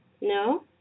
No